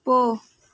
போ